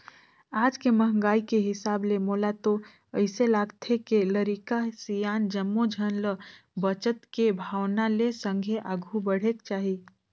आज के महंगाई के हिसाब ले मोला तो अइसे लागथे के लरिका, सियान जम्मो झन ल बचत के भावना ले संघे आघु बढ़ेक चाही